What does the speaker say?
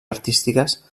artístiques